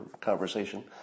conversation